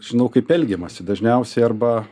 žinau kaip elgiamasi dažniausiai arba